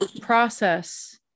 process